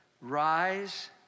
rise